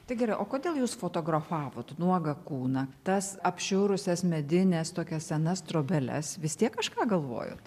tai gerai o kodėl jūs fotografavot nuogą kūną tas apšiurusias medines tokias senas trobeles vis tiek kažką galvojot